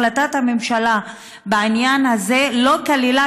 החלטת הממשלה בעניין הזה לא כללה,